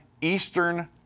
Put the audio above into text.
Eastern